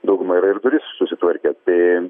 dauguma yra ir duris susitvarkę tai